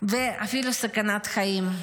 ואפילו סכנת חיים.